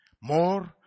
More